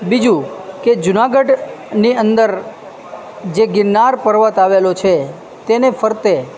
બીજું કે જુનાગઢની અંદર જે ગિરનાર પર્વત આવેલો છે તેને ફરતે